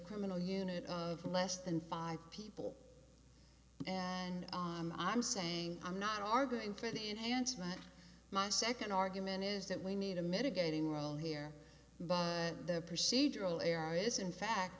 criminal unit of less than five people and i'm saying i'm not arguing for the enhanced night my second argument is that we need a mitigating role here but the procedural error is in fact